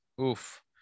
oof